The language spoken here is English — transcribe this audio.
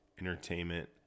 Entertainment